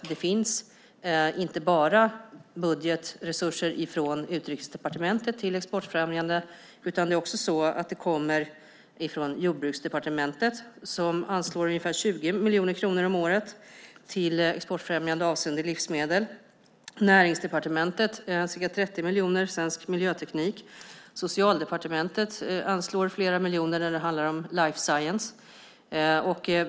Budgetresurser för exportfrämjande kommer inte bara från Utrikesdepartementet utan det kommer också resurser från Jordbruksdepartementet, som anslår ungefär 20 miljoner kronor om året till exportfrämjande avseende livsmedel. Näringsdepartementet anslår ca 30 miljoner till svensk miljöteknik, och Socialdepartementet anslår flera miljoner när det handlar om life science.